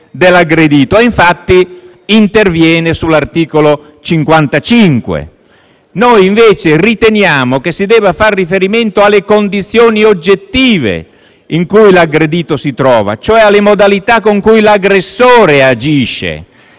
dell'aggredito e, infatti, interviene sull'articolo 55 del codice penale. Noi invece riteniamo che si debba far riferimento alle condizioni oggettive in cui l'aggredito si trova, cioè alle modalità con cui l'aggressore agisce.